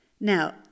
Now